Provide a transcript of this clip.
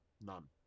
None